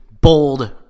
bold